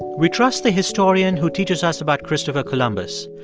we trust the historian who teaches us about christopher columbus.